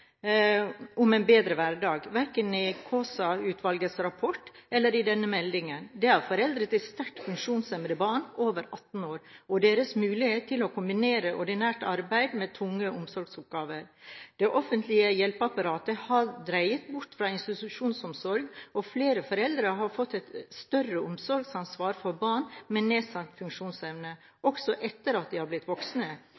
om en bedre hverdag, verken i Kaasa-utvalgets rapport eller i denne meldingen. Det gjelder foreldre til sterkt funksjonshemmede barn over 18 år og deres mulighet til å kombinere ordinært arbeid med tunge omsorgsoppgaver. Det offentlige hjelpeapparatet har dreid bort fra institusjonsomsorg, og flere foreldre har fått et større omsorgsansvar for barn med nedsatt funksjonsevne,